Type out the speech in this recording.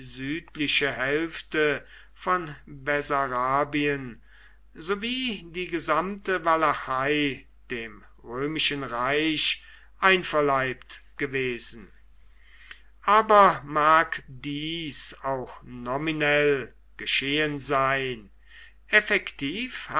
südliche hälfte von bessarabien sowie die gesamte walachei dem römischen reich einverleibt gewesen aber mag dies auch nominell geschehen sein